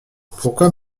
pourquoi